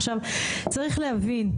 עכשיו צריך להבין,